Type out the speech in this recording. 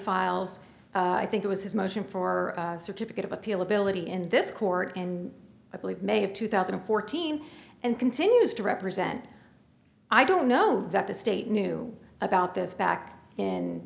files i think it was his motion for certificate of appeal ability in this court and i believe may of two thousand and fourteen and continues to represent i don't know that the state knew about this back in